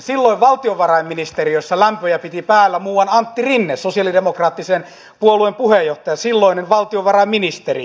silloin valtiovarainministeriössä lämpöjä piti päällä muuan antti rinne sosialidemokraattisen puolueen puheenjohtaja silloinen valtiovarainministeri